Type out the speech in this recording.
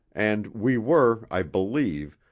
and we were, i believe,